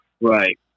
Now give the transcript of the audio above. Right